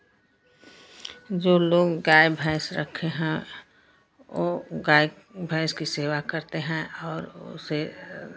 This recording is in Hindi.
जो लोग गाय भैंस रखे हैं वो गाय भैंस की सेवा करते हैं और उसे